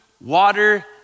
water